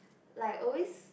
like always